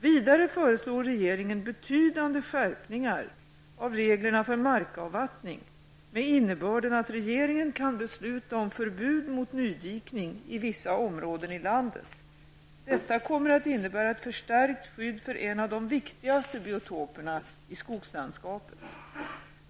Vidare föreslår regeringen betydande skärpningar av reglerna för markavvattning med innebörden att regeringen kan besluta om förbud mot nydikning i vissa områden i landet. Detta kommer att innebära ett förstärkt skydd för en av de viktigaste biotoperna i skogslandskapet.